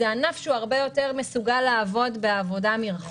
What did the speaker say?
זה ענף שהרבה יותר מסוגל לעבוד מרחוק,